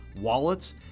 wallets